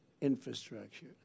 infrastructure